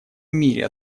мире